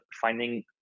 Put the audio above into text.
finding